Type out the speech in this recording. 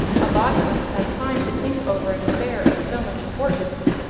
a body must have time to think over an affair of so much importance.